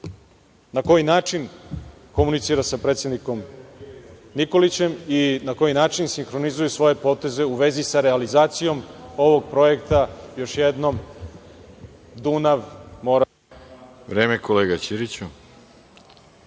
na koji način komunicira sa predsednikom Nikolićem i na koji način sinhronizuju svoje poteze u vezi sa realizacijom ovog projekta, još jednom, Dunav-Morava-Vardar?